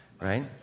right